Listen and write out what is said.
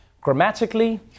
grammatically